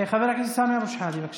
חבר הכנסת סמי אבו שחאדה, בבקשה.